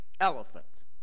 elephants